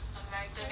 你没有做 meh